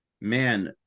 Man